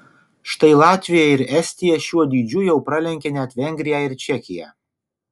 štai latvija ir estija šiuo dydžiu jau pralenkė net vengriją ir čekiją